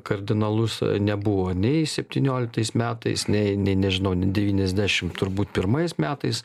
kardinalus nebuvo nei septynioliktais metais nei nei nežinau devyniasdešim turbūt pirmais metais